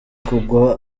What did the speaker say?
kugwa